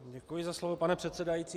Děkuji za slovo, pane předsedající.